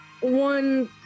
One